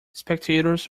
spectators